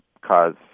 cause